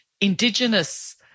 Indigenous